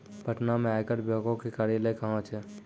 पटना मे आयकर विभागो के कार्यालय कहां छै?